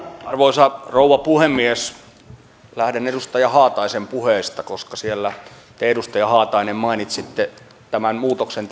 arvoisa rouva puhemies lähden edustaja haataisen puheista koska te edustaja haatainen mainitsitte tämän muutoksen